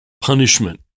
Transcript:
punishment